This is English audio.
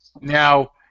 Now